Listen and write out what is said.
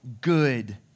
good